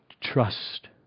trust